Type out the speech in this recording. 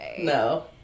no